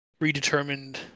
redetermined